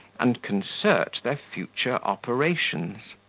and concert their future operations.